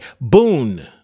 boon